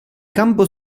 campo